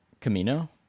Camino